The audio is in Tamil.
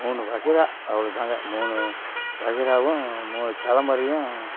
மூணு வகையறா அவ்வளோ தாங்க மூணு வகையறாவும் மூணு தலைமுறையும்